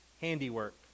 handiwork